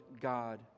God